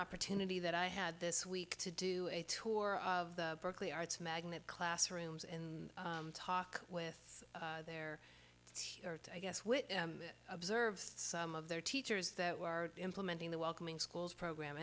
opportunity that i had this week to do a tour of the berkeley arts magnet classrooms and talk with their i guess which observes some of their teachers that we are implementing the welcoming schools program